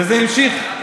וזה נמשך.